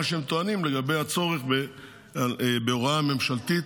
שהם טוענים לגבי הצורך בהוראה ממשלתית,